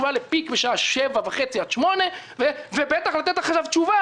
--- שר התחבורה והבטיחות בדרכים בצלאל סמוטריץ': אתה יודע מה?